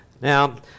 Now